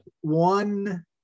one